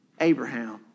Abraham